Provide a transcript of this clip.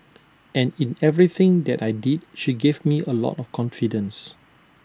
and in everything that I did she gave me A lot of confidence